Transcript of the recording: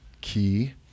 key